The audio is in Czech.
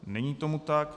Není tomu tak.